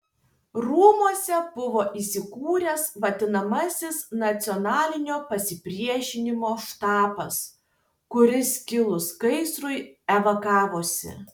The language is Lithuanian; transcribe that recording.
rūmuose buvo įsikūręs vadinamasis nacionalinio pasipriešinimo štabas kuris kilus gaisrui evakavosi